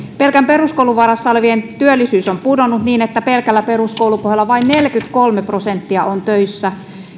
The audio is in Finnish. pelkän peruskoulun varassa olevien työllisyys on pudonnut niin että pelkällä peruskoulupohjalla vain neljäkymmentäkolme prosenttia on töissä